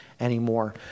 anymore